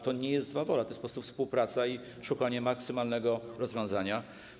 To nie jest zła wola, to jest po prostu współpraca i szukanie maksymalnego rozwiązania.